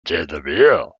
delaware